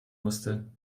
musste